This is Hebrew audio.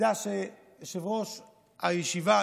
אני יודע שיושב-ראש הישיבה,